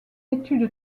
étude